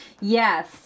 Yes